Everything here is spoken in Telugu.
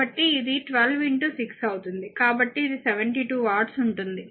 కాబట్టి ఇది 12 6 అవుతుంది కాబట్టి ఇది 72 వాట్ల ఉంటుంది